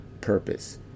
purpose